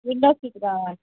window seat కావాలి